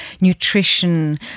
nutrition